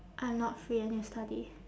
I'm not free I need to study